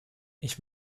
ich